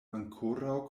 ankoraŭ